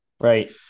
right